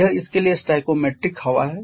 यह इसके लिए स्टोइकोमेट्रिक हवा है